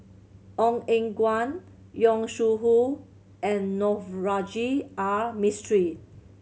Ong Eng Guan Yong Shu Hoong and Navroji R Mistri